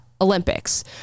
Olympics